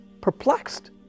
perplexed